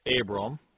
Abram